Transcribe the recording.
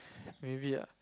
maybe ah